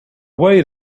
wait